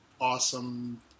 awesome